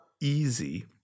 easy